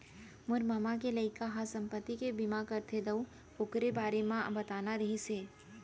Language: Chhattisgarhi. मोर ममा के लइका ह संपत्ति के बीमा करथे दाऊ,, ओकरे बारे म बताना रहिस हे